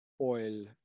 oil